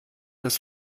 das